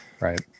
right